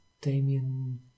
Damien